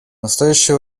настоящее